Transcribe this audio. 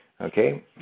Okay